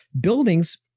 buildings